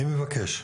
אני מבקש,